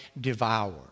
devour